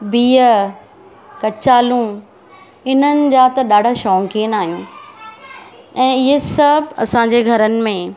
बिहु कचालू इन्हनि जा त ॾाढा शौक़ीनु आहियूं ऐं इहे सभ असांजे घरनि में